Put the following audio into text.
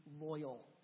loyal